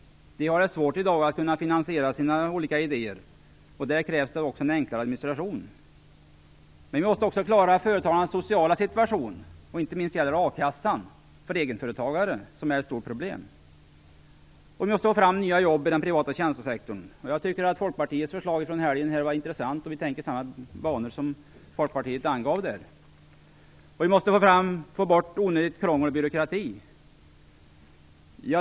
De har det i dag svårt att finansiera sina olika idéer. Det krävs också en enklare administration. Vi måste klara företagarnas sociala situation. Inte minst gäller det akassan för egenföretagare. Detta är ett stort problem. Vi måste få fram nya jobb i den privata tjänstesektorn. Jag tycker att Folkpartiets förslag från i helgen var intressant. Vi tänker i samma banor som Folkpartiet angav där. Vi måste också få bort onödigt krångel och byråkrati.